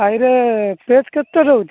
ତହିଁରେ ପେଜ୍ କେତେ ରହୁଛି